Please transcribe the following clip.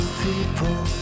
people